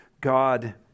God